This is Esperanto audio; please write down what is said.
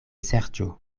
serĉu